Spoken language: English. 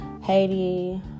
Haiti